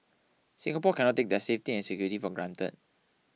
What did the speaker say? Singapore cannot take their safety and security for granted